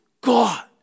God